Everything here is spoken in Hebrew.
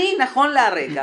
אני, נכון לעכשיו,